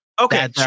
Okay